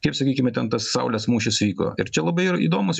kaip sakykime ten tas saulės mūšis vyko ir čia labai įdomūs